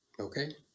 Okay